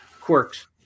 quirks